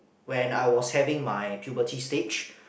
when I was having my puberty stage